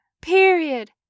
period